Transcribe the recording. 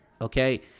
Okay